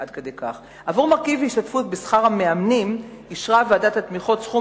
עבור מרכיב השתתפות בשכר המאמנים אישרה ועדת התמיכות סכום